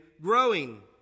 growing